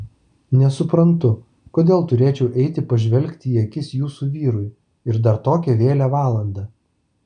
nesuprantu kodėl turėčiau eiti pažvelgti į akis jūsų vyrui ir dar tokią vėlią valandą